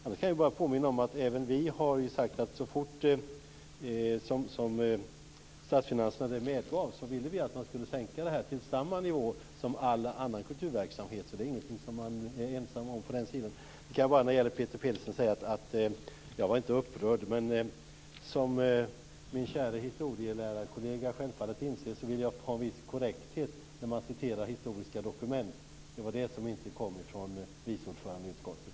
Annars kan jag bara påminna om att även vi har sagt att så fort statsfinanserna så medger skall man sänka detta till samma nivå som all annan kulturverksamhet. Detta är alltså inget som man är ensam om på den sidan. Jag kan bara till Peter Pedersen säga att jag inte var upprörd, men som min käre historielärarkollega självfallet inser vill jag ha viss korrekthet när man citerar historiska dokument. Det var det som inte kom från vice ordföranden i utskottet.